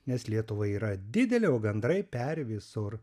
nes lietuva yra didelė o gandrai peri visur